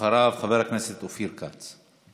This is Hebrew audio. אחריו, חבר הכנסת אופיר כץ.